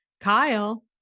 kyle